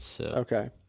Okay